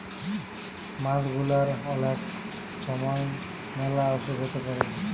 মাছ গুলার অলেক ছময় ম্যালা অসুখ হ্যইতে পারে